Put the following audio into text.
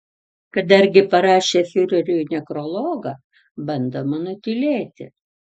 kad dargi parašė fiureriui nekrologą bandoma nutylėti